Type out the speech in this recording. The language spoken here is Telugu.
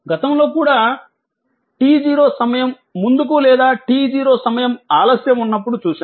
గతంలో కూడా t0 సమయం ముందుకు లేదా t0 సమయం ఆలస్యం ఉన్నప్పుడు చూసాం